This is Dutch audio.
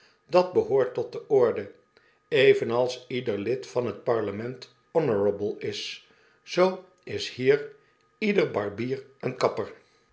dat behoort tot de orde evenals ieder lid van het parlement honorable is zoo is hier ieder barbier een kapper